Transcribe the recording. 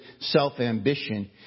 self-ambition